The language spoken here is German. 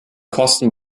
kosten